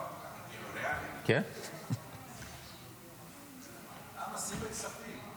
ההצעה להעביר את הנושא לוועדת החינוך נתקבלה.